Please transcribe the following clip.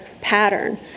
pattern